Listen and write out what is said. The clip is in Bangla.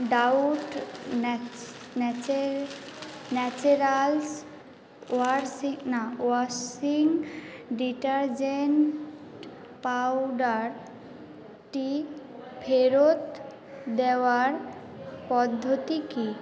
ডাউট ম্যাক্স ন্যাচে ন্যাচেরালস ওয়ার্শি না ওয়াশিং ডিটারজেন্ট পাউডারটি ফেরত দেওয়ার পদ্ধতি কী